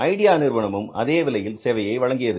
idea நிறுவனமும் அதே விலையில் சேவை வழங்கியது